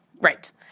Right